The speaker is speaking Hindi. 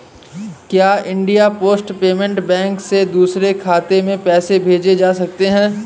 क्या इंडिया पोस्ट पेमेंट बैंक से दूसरे खाते में पैसे भेजे जा सकते हैं?